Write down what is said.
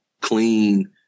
clean